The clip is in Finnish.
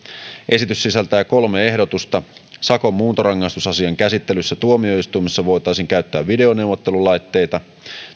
esitys sisältää kolme ehdotusta sakon muuntorangaistusasian käsittelyssä tuomioistuimessa voitaisiin käyttää videoneuvottelulaitteita